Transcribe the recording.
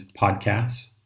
podcasts